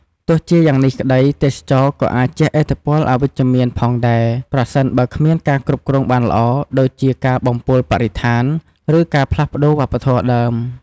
ទោះជាយ៉ាងនេះក្តី ទេសចរណ៍ក៏អាចជះឥទ្ធិពលអវិជ្ជមានផងដែរ ប្រសិនបើគ្មានការគ្រប់គ្រងបានល្អ ដូចជាការបំពុលបរិស្ថាន ឬការផ្លាស់ប្តូរវប្បធម៌ដើម។